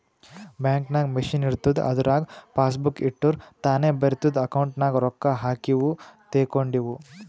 bank ನಾಗ್ machine ಇರ್ತುದ್ ಅದುರಾಗ್ ಪಾಸಬುಕ್ ಇಟ್ಟುರ್ ತಾನೇ ಬರಿತುದ್ ಅಕೌಂಟ್ ನಾಗ್ ರೊಕ್ಕಾ ಹಾಕಿವು ತೇಕೊಂಡಿವು